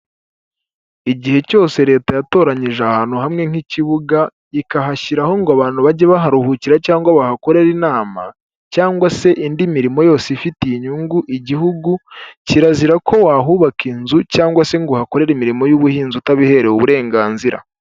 Igihe cyose leta yatoranyije ahantu hamwe nk'ikibuga ikahashyiraho ngo abantu bajye baharuhukira cyangwa bahakorera inama cyangwa se indi mirimo yose ifitiye inyungu igihugu, kirazira ko wahubaka inzu cyangwa se ngo uhakorere imirimo y'ubuhinzi utabiherewe uburenganzira.